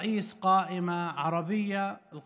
יושב-ראש רשימה ערבית,